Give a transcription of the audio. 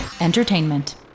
entertainment